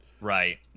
Right